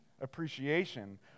appreciation